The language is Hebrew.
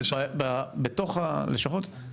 בתוך הלשכות,